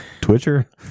Twitter